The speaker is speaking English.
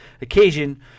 occasion